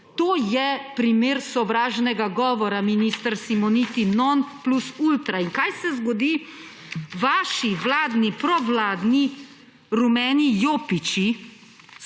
To je primer sovražnega govora, minister Simoniti, non plus ultra. In kaj se zgodi? Vaši vladni, provladni, rumeni jopiči